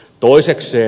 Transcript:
toisekseen